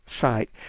site